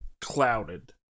clouded